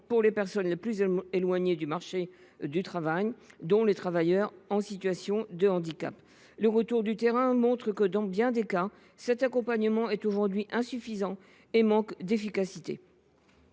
des personnes les plus éloignées du marché du travail, dont les travailleurs en situation de handicap. Les retours du terrain montrent que, dans bien des cas, cet accompagnement est aujourd’hui insuffisant et manque d’efficacité.